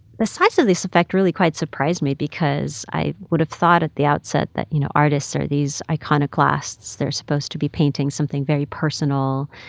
the size of this effect really quite surprised me because i would have thought at the outset that, you know, artists are these iconoclasts. they're supposed to be painting something very personal.